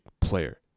player